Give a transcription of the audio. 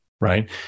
Right